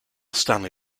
stanley